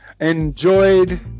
Enjoyed